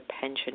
pension